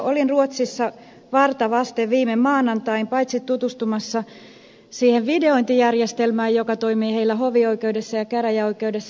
olin ruotsissa varta vasten viime maanantain paitsi tutustumassa siihen videointijärjestelmään joka toimii heillä hovioikeudessa ja käräjäoikeudessa